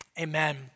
amen